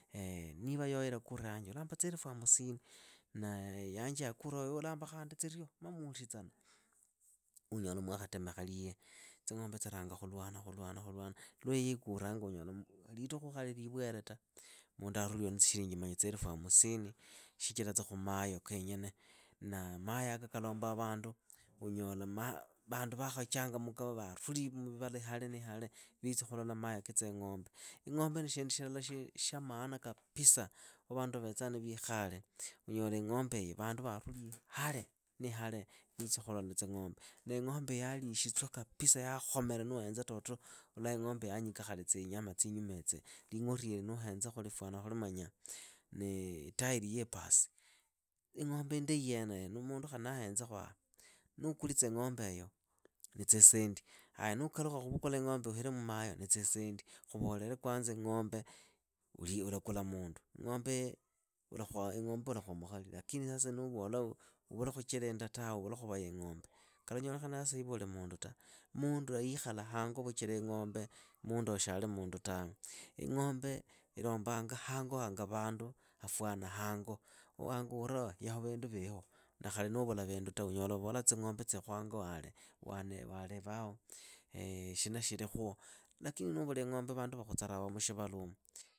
niva yoyo ilakuraa yanje ulaamba tsielefu hamusini, na yanje yakura yoyo ulamba khandi tsirio. Ma muhulitsana. unyola mwakhatemekha lihe. Tsing'ombe tsiranga khulwana khulwana khulwana. Lwa iyi ikuuranga unyola litukhu khali liiwere ta. mundu aruliyo na silinji manya tsielefu hamusini. shichiratsa khumayo khwonyene mahe yaka kalombaa vandu, unyola vandu vaakhachangamuka vaaruli muvivala iyale niiyale. viitsi khulola mahe ketsing'ombe. Ing'ombe ni shindu shilala shya maana kapisa, wa vandu vavetsaa niviikhare. unyola ing'ombeeyo vandu vaaruli ihale niihale viitsi khulola tsing'ombe. Na ing'ombe hiyi yaalikhitswa kapisa yaakhomela nuuhenza toto ulaa ing'ombe hiyi yaanyika khali tsinyama tsiinyumaitsi, ling'oriili nuuhenzakhu lifuana khuli manya nii itairi yii pasi. Ing'ombe indahi yeeneyo. mundu khali naheenzakhu ah. nuukulitsa ing'ombeeyo, ni tsisendi. Aya nuukalukha khuvukula ing'ombeeyo uhire mmahe ni tsisendi. Khuvorere kwanza ing'ombe ulii ulakula mundu. Ing'ombee ulakhwaa ing'ombe ulakhwa mukhari lakini sasa nuuvola uvulekhuchilinda tawe uvulekhuvaya ing'ombe. Kalanyolekha sasa iwe uli mundu ta, mundu yiikhala hango vuchira ing'ombe, mwenoyo shiali mundu tawe. Ing'ombe ilombanga hango hanga vandu hafuana hango. Wangura yaho vindu viliho. khali nuuvula vindu ta unyola vavolaa tsing'ombe tsikhu hango hale. Wane walevaho shina shilikhuho, lakini nuuvula ing'ombe vandu vakhutsarawa mushivaluumu.